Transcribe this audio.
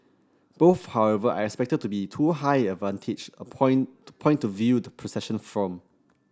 both however are expected to be too high a vantage a point point to view the procession from